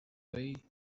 way